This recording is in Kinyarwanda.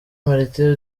martin